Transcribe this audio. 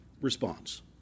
response